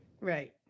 right